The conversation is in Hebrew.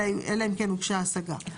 אלא אם כן הושגה השגה.